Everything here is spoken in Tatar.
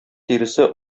тиресе